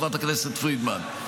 חברת הכנסת פרידמן,